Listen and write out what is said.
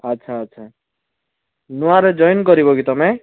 ଆଚ୍ଛା ଆଚ୍ଛା ନୂଆରେ ଜଏନ୍ କରିବ କି ତୁମେ